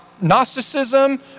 Gnosticism